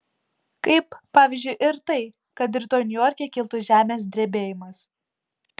kaip pavyzdžiui ir tai kad rytoj niujorke kiltų žemės drebėjimas